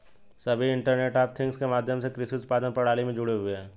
सभी internet of things के माध्यम से कृषि उत्पादन प्रणाली में जुड़े हुए हैं